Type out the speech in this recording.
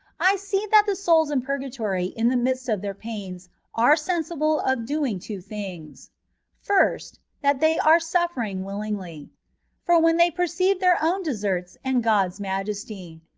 i see that the souls in purgatory in the midst of their pains are sensible of doing two things first, that they are suffering willingly for when they perceive their own deserta and god's majesty,